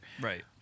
right